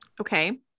Okay